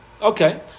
Okay